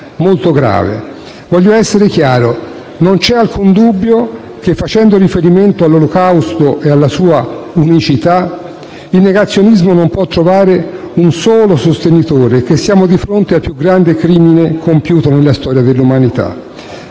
Voglio essere chiaro: non c'è alcun dubbio che, facendo riferimento all'Olocausto e alla sua unicità, il negazionismo non può trovare un solo sostenitore e che siamo di fronte al più grande crimine compiuto nella storia dell'umanità,